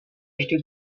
vždy